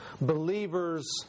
believers